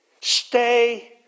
Stay